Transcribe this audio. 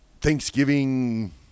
Thanksgiving